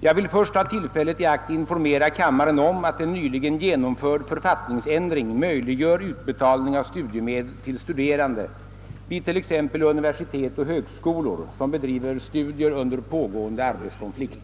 Jag vill först ta tillfället i akt informera kammaren om att en nyligen genomförd författningsändring möjliggör utbetalning av studiemedel till studerande vid t.ex. universitet och högskolor som bedriver studier under pågående arbetskonflikt.